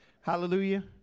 Hallelujah